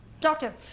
Doctor